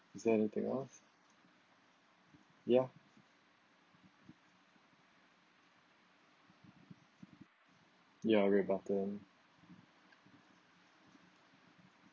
is there anything else ya ya rebuttal